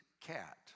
cat